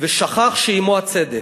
ושכח שעמו הצדק."